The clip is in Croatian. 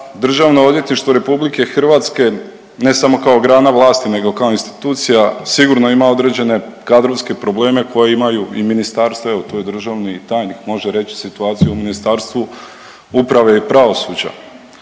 Državno odvjetništvo Republike Hrvatske ne samo kao grana vlasti, nego kao institucija sigurno ima određene kadrovske probleme koje imaju i ministarstva. Evo tu je državni tajnik, može reći situaciju u Ministarstvu uprave i pravosuđa.